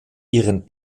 ihren